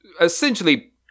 essentially